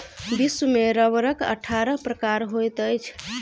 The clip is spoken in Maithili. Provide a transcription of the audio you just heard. विश्व में रबड़क अट्ठारह प्रकार होइत अछि